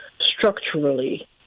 structurally